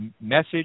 message